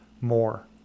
more